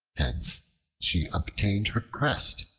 hence she obtained her crest,